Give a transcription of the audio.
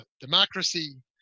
democracy